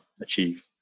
achieve